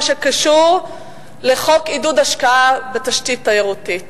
שקשור לחוק עידוד השקעה בתשתית תיירותית.